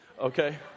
Okay